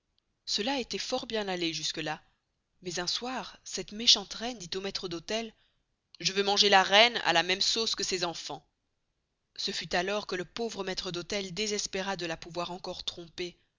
cela estoit fort bien allé jusque là mais un soir cette méchante reine dit au maistre d'hôtel je veux manger la reine à la mesme sausse que ses enfans ce fut alors que le pauvre maistre d'hôtel desespera de la pouvoir encore